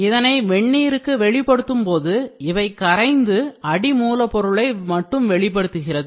இதனை வெந்நீருக்கு வெளிப்படுத்தும்போது இவை கரைந்து அடி மூல பொருளை மட்டும் வெளிப்படுத்துகிறது